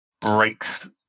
breaks